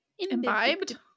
imbibed